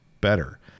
better